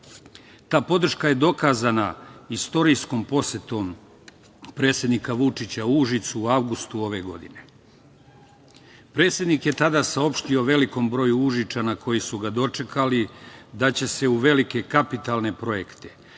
Ta podrška je dokazana istorijskom posetom predsednika Vučića Užicu u avgustu ove godine. Predsednik je tada saopštio velikom broju Užičana koji su ga dočekali da će se u velike kapitalne projekte